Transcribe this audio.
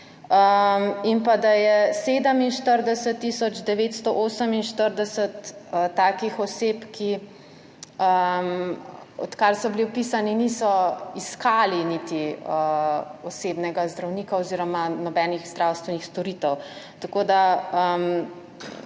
in da je 47 tisoč 948 takih oseb, ki, odkar so bile vpisane, niso iskali niti osebnega zdravnika oziroma nobenih zdravstvenih storitev, tako da